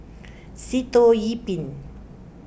Sitoh Yih Pin